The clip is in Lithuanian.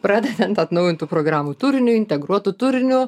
pradedant atnaujintų programų turiniu integruotu turiniu